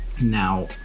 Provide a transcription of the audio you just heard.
Now